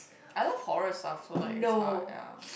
I love horror stuff so like it's hard ya